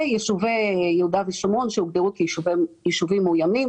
ויישובי יהודה ושומרון שהוגדרו כיישובים מאוימים.